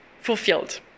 fulfilled